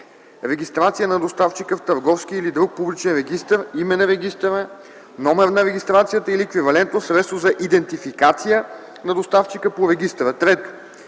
регистрация на доставчика в търговски или друг публичен регистър, име на регистъра, номер на регистрацията или еквивалентно средство за идентификация на доставчика по регистъра; 3.